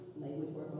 language